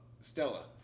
Stella